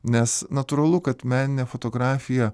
nes natūralu kad meninė fotografija